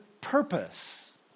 purpose